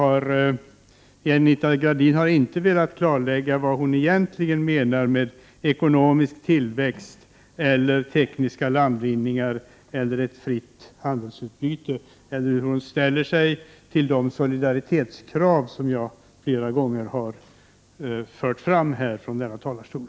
Anita Gradin har inte velat klarlägga vad hon egentligen menar med ekonomisk tillväxt, tekniska landvinningar och ett fritt handelsutbyte. Inte heller har hon talat om hur hon ställer sig till de solidaritetskrav som jag flera gånger har fört fram från denna talarstol.